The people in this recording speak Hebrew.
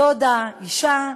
דודה, אישה.